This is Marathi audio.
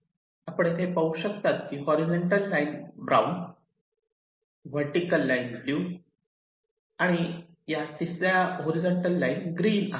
जिथे आपण पाहू शकतात की horizontal line brown vertical line blue या तिसर्या हॉरीझॉन्टल लाईन ग्रीन आहेत